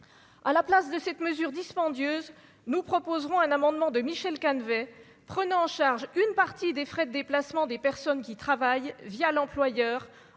à la place de cette mesure dispendieuse, nous proposerons un amendement de Michel Canevet, prenant en charge une partie des frais de déplacement des personnes qui travaillent via l'employeur